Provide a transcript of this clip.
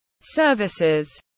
Services